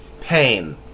pain